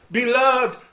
beloved